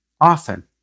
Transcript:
often